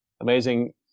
amazing